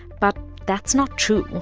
but that's not true.